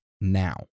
now